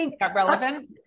relevant